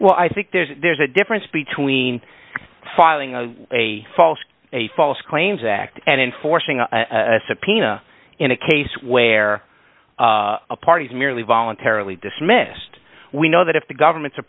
well i think there's there's a difference between filing a false a false claims act and enforcing a subpoena in a case where a party is merely voluntarily dismissed we know that if the government